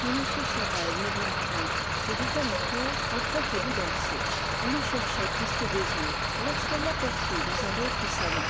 mais m sorel ne vient point se dit-elle encore après qu'elle eut dansé elle le cherchait presque des yeux lorsqu'elle l'aperçut dans un autre salon